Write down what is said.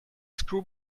screw